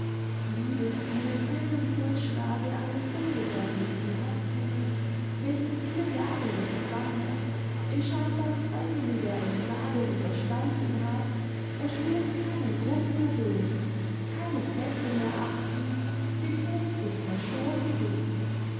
liebe sie mit wildem pulsschlage eines ungebändigten herzens welches vier jahre des zwanges in scheinbarfreiwilliger entsagung überstanden hat und nun keinen druck mehr dulden keine fessel mehr achten sich selbst nicht mehr schonen will